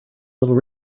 little